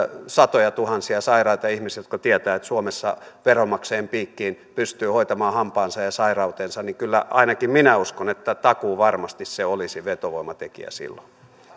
satojatuhansia sairaita ihmisiä jotka tietävät että suomessa veronmaksajien piikkiin pystyy hoitamaan hampaansa ja ja sairautensa niin kyllä ainakin minä näin uskon takuuvarmasti se olisi vetovoimatekijä silloin